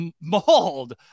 mauled